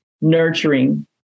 nurturing